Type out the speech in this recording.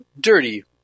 dirty